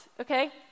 okay